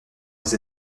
des